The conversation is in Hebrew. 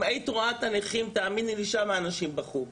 אם היית רואה את הנכים, תאמיני לי אנשים בכו שם,